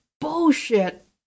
bullshit